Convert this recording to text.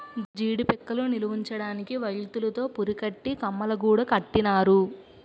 జీడీ పిక్కలు నిలవుంచడానికి వౌల్తులు తో పురికట్టి కమ్మలగూడు కట్టినారు